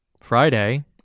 Friday